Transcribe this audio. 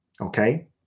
okay